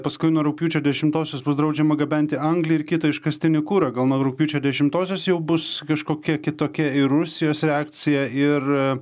paskui nuo rugpjūčio dešimtosios bus draudžiama gabenti anglį ir kitą iškastinį kurą gal nuo rugpjūčio dešimtosios jau bus kažkokia kitokia ir rusijos reakcija ir